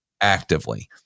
actively